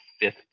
fifth